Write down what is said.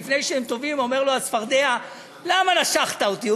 לפני שהם טובעים אומר לו הצפרדע, למה נשכת אותי?